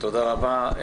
תודה רבה.